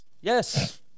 Yes